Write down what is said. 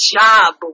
job